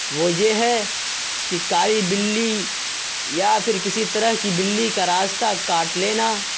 وہ یہ ہے کہ کالی بلی یا پھر کسی طرح کی بلی کا راستہ کاٹ لینا